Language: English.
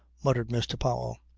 muttered mr. powell.